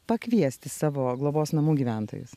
pakviesti savo globos namų gyventojus